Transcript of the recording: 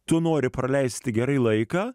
tu nori praleisti gerai laiką